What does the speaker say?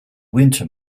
winter